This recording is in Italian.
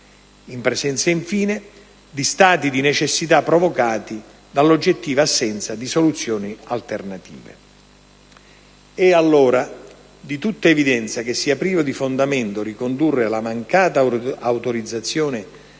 in presenza, infine, di stati di necessità provocati dall'oggettiva assenza di soluzioni alternative. È allora di tutta evidenza che sia privo di fondamento ricondurre la mancata autorizzazione